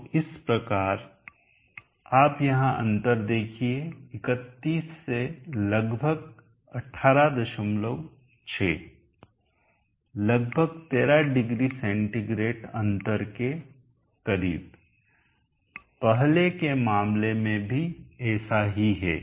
तो इस प्रकार आप यहां अंतर देखिए 31 से लगभग 186 लगभग 13OC अंतर के करीब पहले के मामले में भी ऐसा ही है